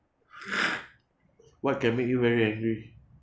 what can make you very angry